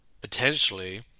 potentially